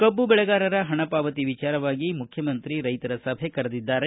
ಕಬ್ಬು ಬೆಳೆಗಾರರ ಹಣ ಪಾವತಿ ವಿಚಾರವಾಗಿ ಮುಖ್ಯಮಂತ್ರಿ ರೈತರ ಸಭೆ ಕರೆದಿದ್ದಾರೆ